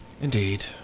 Indeed